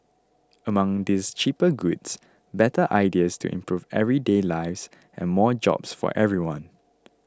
among these cheaper goods better ideas to improve everyday lives and more jobs for everyone